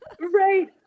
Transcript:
Right